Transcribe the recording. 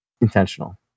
intentional